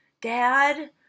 Dad